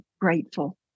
grateful